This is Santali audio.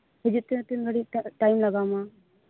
ᱦᱤᱡᱩᱜ ᱛᱮ ᱛᱤᱱ ᱜᱷᱟᱹᱲᱤ ᱴᱟᱭᱤᱢ ᱞᱟᱜᱟᱣ ᱢᱟ